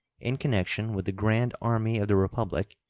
in connection with the grand army of the republic,